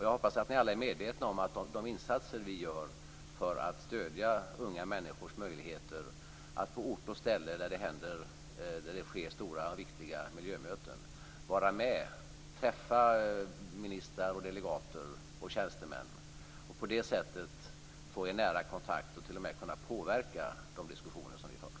Jag hoppas att ni alla är medvetna om de insatser vi gör för att stödja unga människors möjligheter att på ort och ställe där det sker stora viktiga miljömöten vara med, träffa ministrar, delegater och tjänstemän och på det sättet få en nära kontakt och t.o.m. kunna påverka de diskussioner vi för.